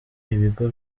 ibigo